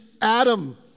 Adam